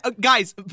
guys